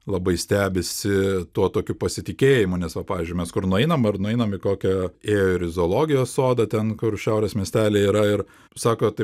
labai stebisi tuo tokiu pasitikėjimu nes va pavyzdžiui mes kur nueinam ar nueinam į kokią ir į zoologijos sodą ten kur šiaurės miestelyje yra ir sako tai